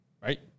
Right